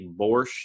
borscht